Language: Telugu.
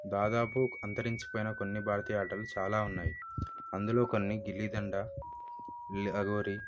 దాదాపు అంతరించిపోయిన కొన్ని భారతీయ ఆటలు చాలా ఉన్నాయి అందులో కొన్ని గిల్లిదండ ల లగోరి